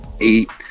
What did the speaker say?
eight